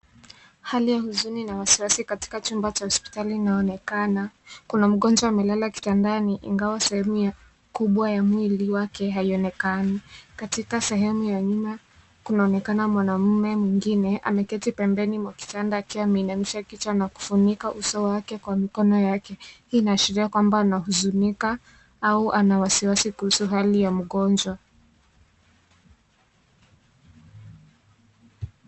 Hali ya huzuni na wasiwasi katika chumba cha hospitali inaonekana. Kuna mgonjwa amelala kitandani ingawa sehemu kubwa ya mwili wake haionekani. Katika sehemu ya nyuma kunaonekana mwanamume mwengine ameketi pembeni mwa kitanda akiwa ameinamisha kichwa na kufunika uso wake kwa mikono yake. Hii inaashiria kwamba anahuzunika au ana wasiwasi kuhusu hali ya mgonjwa.